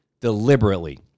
deliberately